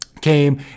came